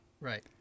Right